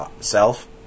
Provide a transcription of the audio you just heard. self